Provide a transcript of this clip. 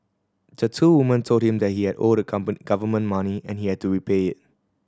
the two women told him that he had owed the government money and he had to repay it